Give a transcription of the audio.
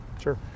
Sure